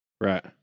Right